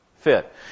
fit